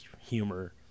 humor